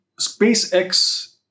SpaceX